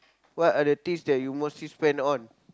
what are the things that you mostly spend on